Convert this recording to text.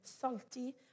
salty